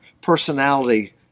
personality